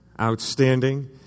outstanding